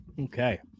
okay